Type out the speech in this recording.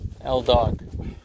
L-dog